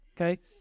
Okay